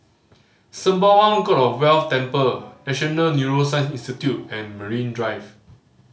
Sembawang God of Wealth Temple National Neuroscience Institute and Marine Drive